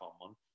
common